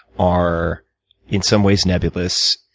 are in some ways nebulous.